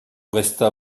resta